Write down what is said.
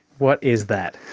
what is that?